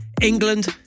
England